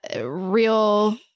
real